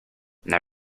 now